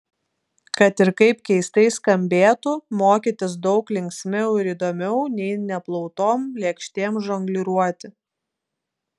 kad ir kaip keistai skambėtų mokytis daug linksmiau ir įdomiau nei neplautom lėkštėm žongliruoti